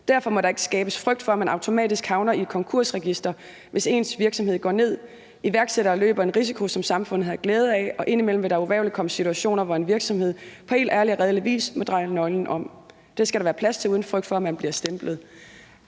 Derfor må der ikke skabes frygt for, at man automatisk havner i et konkurs-register, hvis ens virksomhed går ned. Iværksættere løber en risiko, som samfundet har glæde af. Indimellem vil der uvægerligt komme situationer, hvor en virksomhed – på helt ærlig og redelig vis – må dreje nøglen om. Det skal der være plads til uden frygt for, at man bliver stemplet«.